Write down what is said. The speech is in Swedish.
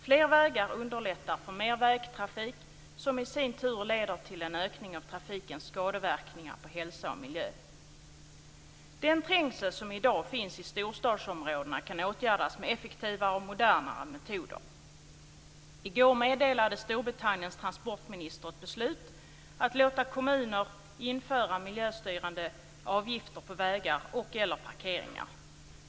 Fler vägar underlättar för mer vägtrafik som i sin tur leder till en ökning av trafikens skadeverkningar på hälsa och miljö. Den trängsel som i dag finns i storstadsområdena kan åtgärdas med effektivare och modernare metoder. I går meddelade Storbritanniens transportminister ett beslut att låta kommuner införa miljöstyrande avgifter på vägar och/eller parkeringar.